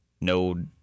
no